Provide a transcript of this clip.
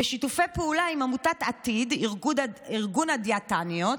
ושיתופי פעולה עם עמותת "עתיד" ארגון הדיאטניות,